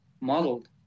modeled